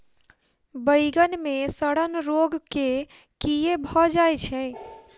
बइगन मे सड़न रोग केँ कीए भऽ जाय छै?